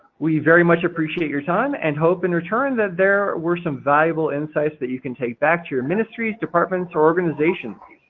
we very much appreciate your time and hope in return that there were some valuable insights that you can take back to your ministries, departments or organizations.